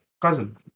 cousin